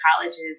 colleges